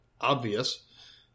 obvious